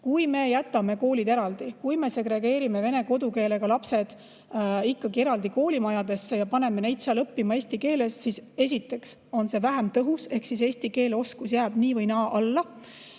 Kui me jätame koolid eraldi, kui me segregeerime vene kodukeelega lapsed ikkagi eraldi koolimajadesse ja paneme neid seal õppima eesti keeles, siis esiteks on see vähem tõhus ehk eesti keele oskus jääb nii või naa alla,